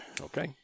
Okay